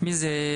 מי זה?